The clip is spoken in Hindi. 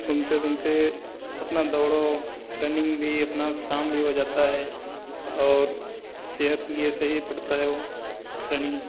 सुनते सुनते अपना दौड़ो रनिंग भी अपना काम भी हो जाता है और सेहत के लिए सही पड़ता है वो रनिंग